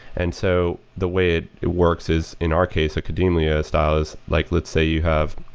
and so the way it it works is in our case, a kademlia style is like let's say you have